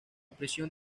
prisión